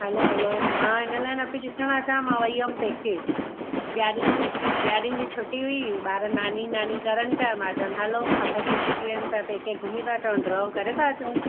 हलो hello मां हिन लाइ न पेई ॾिसणु अचां मां वेई हुअमि पेके ॾियारियुनि जी ॾियारियुनि जी छुटी हुई ॿार नानी नानी करनि पिया मां चयो हलो अठ ॾींहं छुटी आहे त पेके घुमीं था अचूं ढउ करे था अचूं